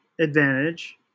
advantage